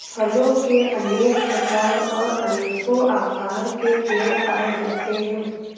फलों के अनेक प्रकार और अनेको आकार के पेड़ पाए जाते है